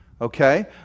Okay